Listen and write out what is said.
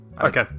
okay